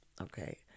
Okay